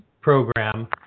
program